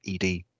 ed